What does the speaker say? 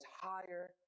higher